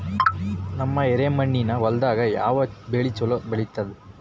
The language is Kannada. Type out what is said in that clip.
ನಮ್ಮ ಎರೆಮಣ್ಣಿನ ಹೊಲದಾಗ ಯಾವ ಬೆಳಿ ಚಲೋ ಬೆಳಿತದ?